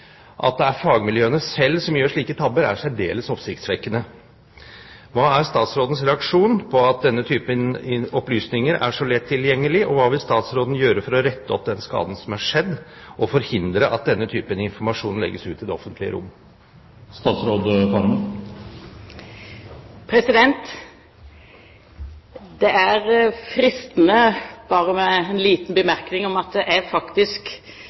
At det er fagmiljøene selv som gjør slike tabber, er særdeles oppsiktsvekkende. Hva er statsrådens reaksjon på at denne typen opplysninger er så lett tilgjengelig, og hva vil statsråden gjøre for å rette opp den skaden som er skjedd, og forhindre at denne typen informasjon legges ut i det offentlige rom? Det er fristende å komme med en liten bemerkning om at det er